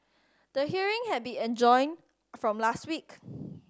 the hearing had been adjourned from last week